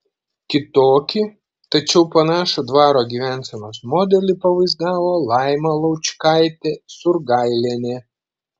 kitokį tačiau panašų dvaro gyvensenos modelį pavaizdavo laima laučkaitė surgailienė